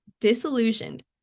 disillusioned